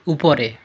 উপরে